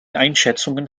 einschätzungen